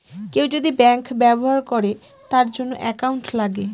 কেউ যদি ব্যাঙ্ক ব্যবহার করে তার জন্য একাউন্ট লাগে